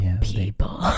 people